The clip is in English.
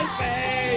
say